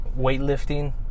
weightlifting